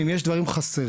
אם יש דברים חסרים,